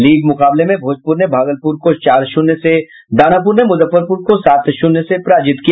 league मुकाबले में भोजपुर ने भागलपुर को चार शून्य से दानापुर ने मुजफ्फरपुर को सात शून्य से पराजित किया